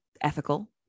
ethical